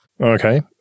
Okay